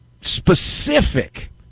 specific